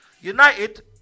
United